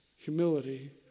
Humility